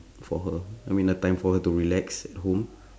for her I mean a time for her to relax at home